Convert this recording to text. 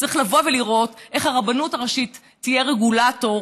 צריך לבוא ולראות איך הרבנות הראשית תהיה רגולטור,